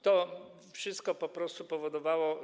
To wszystko po prostu powodowało.